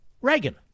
Reagan